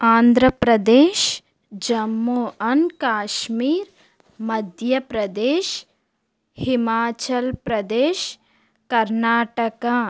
Andhra Pradesh Jammu and Kashmir Madhya Pradesh Himachal Pradesh Karnataka